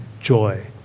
joy